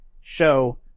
show